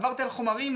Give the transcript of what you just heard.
עברתי על חומרים,